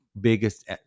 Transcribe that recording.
biggest